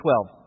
12